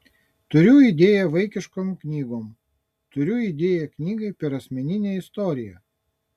turiu idėją vaikiškom knygom turiu idėją knygai per asmeninę istoriją